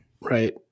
right